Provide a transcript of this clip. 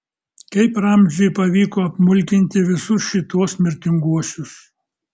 kaip ramziui pavyko apmulkinti visus šituos mirtinguosius